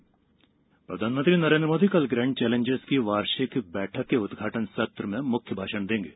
PM grand challenges प्रधानमंत्री नरेन्द्र मोदी कल grand challenges की वार्षिक बैठक के उद्घाटन सत्र में मुख्य भाषण देंगे